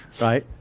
Right